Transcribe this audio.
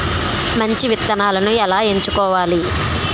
మంచి విత్తనాలను ఎలా ఎంచుకోవాలి?